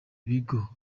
bigo